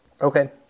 okay